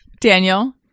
Daniel